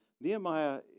Nehemiah